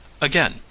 Again